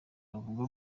avuga